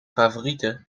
favoriete